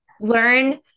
learn